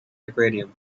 aquarium